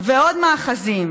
ועוד מאחזים.